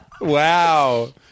Wow